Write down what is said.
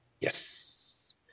Yes